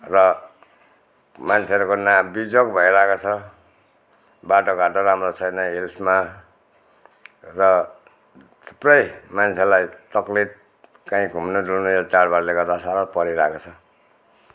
र मान्छेहरूको ना बिजोक भइरहेको छ बाटो घाटो राम्रो छैन हिल्समा र थुप्रै मान्छेलाई तक्लिफ कहीँ घुम्नु डुल्नु यो चाडबाडले गर्दा साह्रो परिरहेको छ